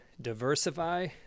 diversify